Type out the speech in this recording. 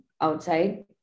outside